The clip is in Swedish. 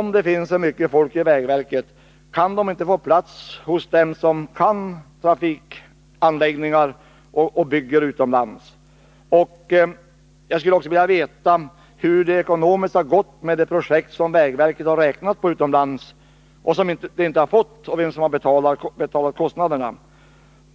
Om det finns för mycket folk i vägverket, kan inte den personalen då få plats hos dem som kan trafikanläggningar och som bygger utomlands? Jag vill också veta hur det ekonomiskt har gått med de projekt utomlands som vägverket har räknat på men inte fått. Vem har betalat de kostnaderna?